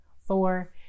four